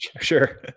Sure